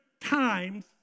times